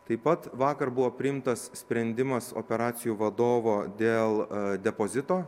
taip pat vakar buvo priimtas sprendimas operacijų vadovo dėl depozito